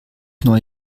neue